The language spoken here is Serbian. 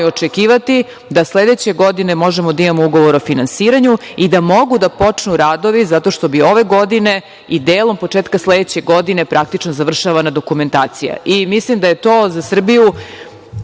očekivati da sledeće godine možemo da imao Ugovor o finansiranju i da mogu da počnu radovi zato što bi ove godine i delom početka sledeće godine, praktično završavana dokumentacija.I mislim da je to za Srbiju